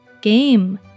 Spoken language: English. Game